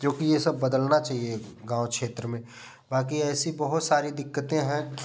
जोकि ये सब बदलना चाहिए गाँव क्षेत्र में बाकी ऐसी बहुत सारी दिक्कतें हैं